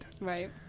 Right